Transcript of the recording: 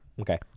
Okay